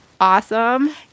Awesome